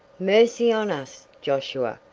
mercy on us, josiah!